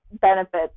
benefits